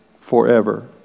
forever